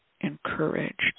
encouraged